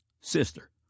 sister